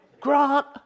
Grant